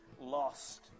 lost